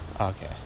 Okay